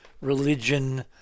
religion